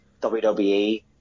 WWE